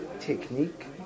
technique